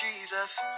Jesus